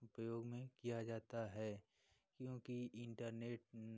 उपयोग में किया जाता है क्योंकि इंटरनेट